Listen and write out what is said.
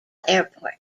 airport